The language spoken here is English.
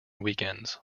weekends